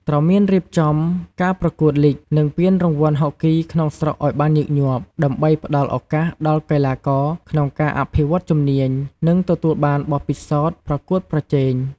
ត្រូវមានរៀបចំការប្រកួតលីគ និងពានរង្វាន់ហុកគីក្នុងស្រុកឱ្យបានញឹកញាប់ ដើម្បីផ្តល់ឱកាសដល់កីឡាករក្នុងការអភិវឌ្ឍជំនាញ និងទទួលបានបទពិសោធន៍ប្រកួតប្រជែង។